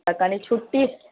तऽ कनी छुट्टी